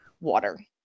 water